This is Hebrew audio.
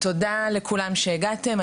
תודה לכולם שהגעתם,